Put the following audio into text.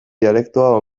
dialektoa